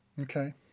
Okay